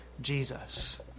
Jesus